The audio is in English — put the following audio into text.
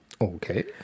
okay